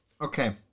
Okay